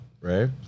right